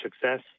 success